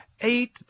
eight